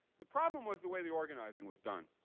the problem was the way the organizing was done.